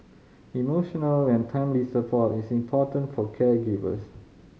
emotional and timely support is important for caregivers